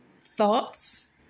thoughts